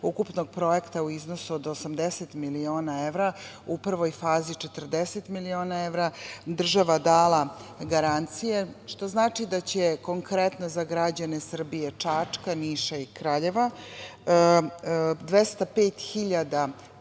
ukupnog projekta u iznosu od 80 miliona evra, u prvoj fazi 40 miliona evra, država dala garancije, što znači da će konkretno za građane Srbije – Čačka, Niša i Kraljeva 205.000